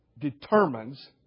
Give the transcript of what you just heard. determines